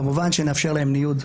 כמובן נאפשר להם ניוד,